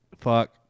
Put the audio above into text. Fuck